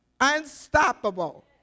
Unstoppable